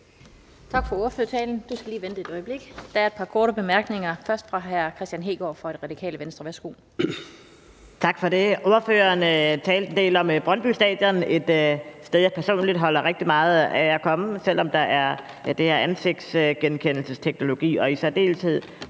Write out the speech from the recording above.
Tak for ordførertalen. Du skal lige vente et øjeblik. Der er et par korte bemærkninger, først fra hr. Kristian Hegaard fra Det Radikale Venstre. Værsgo. Kl. 17:27 Kristian Hegaard (RV): Tak for det. Ordføreren talte en del om Brøndby Stadion. Det er et sted, jeg personligt holder rigtig meget af at komme, selv om der bruges den her ansigtsgenkendelsesteknologi, og når de